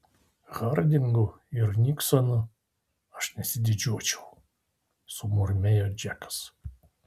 hardingu ir niksonu aš nesididžiuočiau sumurmėjo džekas